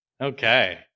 okay